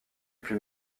plus